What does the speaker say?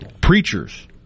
Preachers